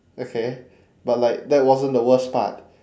okay but like that wasn't the worst part